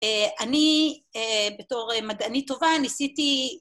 ‫אני, בתור מדענית טובה, ‫ניסיתי...